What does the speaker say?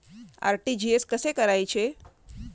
RTGS कसे करायचे?